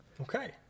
Okay